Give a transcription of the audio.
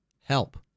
Help